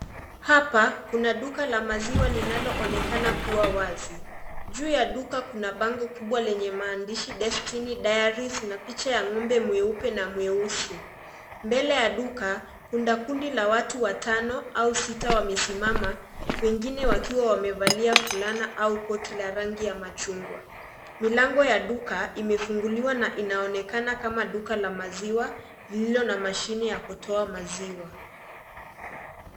Hapa kuna duka la maziwa linaloonekana kuwa wazi. Juu ya duka kuna bango kubwa lenye maandishi destiny diaries na picha ya ng'ombe mweupe na mweusi. Mbele ya duka kuna kundi la watu watano au sita wamesimama pengine wakiwa wamevalia fulana au koti la rangi ya machungwa. Milango ya duka imefunguliwa na inaonekana kama duka la maziwa lililo na mashine ya kutoa maziwa.